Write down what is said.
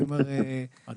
אני